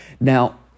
Now